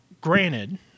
granted